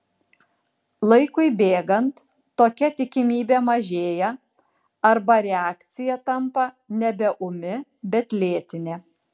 laikui bėgant tokia tikimybė mažėja arba reakcija tampa nebe ūmi bet lėtinė